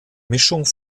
mischung